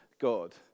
God